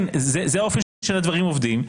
זה האופן שהדברים עובדים,